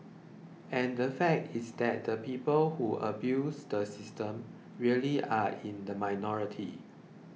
and the fact is that the people who abuse the system really are in the minority